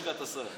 איפה לשכת הסעד?